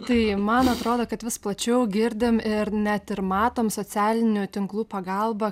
tai man atrodo kad vis plačiau girdim ir net ir matom socialinių tinklų pagalba